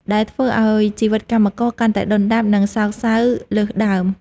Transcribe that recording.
ដែលធ្វើឱ្យជីវិតកម្មករកាន់តែដុនដាប និងសោកសៅលើសដើម។